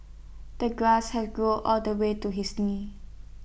the grass had grown all the way to his knees